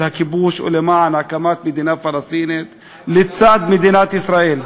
הכיבוש ולמען הקמת מדינה פלסטינית לצד מדינת ישראל.